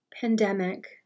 pandemic